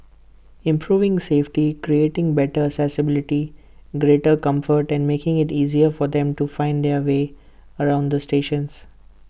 improving safety creating better accessibility greater comfort and making IT easier for them to find their way around the stations